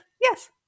Yes